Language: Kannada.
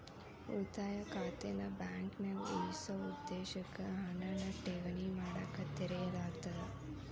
ಉಳಿತಾಯ ಖಾತೆನ ಬಾಂಕ್ನ್ಯಾಗ ಉಳಿಸೊ ಉದ್ದೇಶಕ್ಕ ಹಣನ ಠೇವಣಿ ಮಾಡಕ ತೆರೆಯಲಾಗ್ತದ